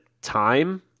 time